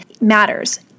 matters